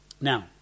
Now